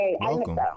welcome